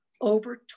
over